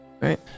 right